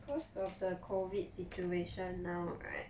cause of the COVID situation now right